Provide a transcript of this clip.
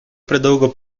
predolgo